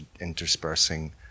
interspersing